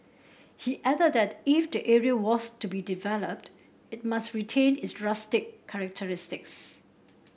he added that if the area was to be developed it must retain its rustic characteristics